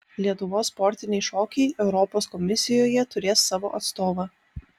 lietuvos sportiniai šokiai europos komisijoje turės savo atstovą